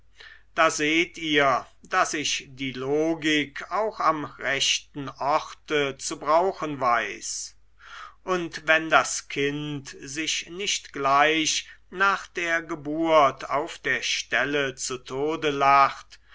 da seht ihr daß ich die logik auch am rechten orte zu brauchen weiß und wenn das kind sich nicht gleich nach der geburt auf der stelle zu tode lacht